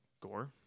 Gore